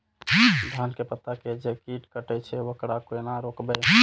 धान के पत्ता के जे कीट कटे छे वकरा केना रोकबे?